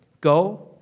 go